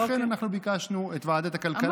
ולכן אנחנו ביקשנו את ועדת הכלכלה,